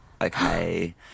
okay